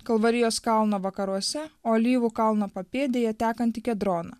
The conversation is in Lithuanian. kalvarijos kalno vakaruose o alyvų kalno papėdėje tekantį kedroną